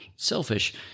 Selfish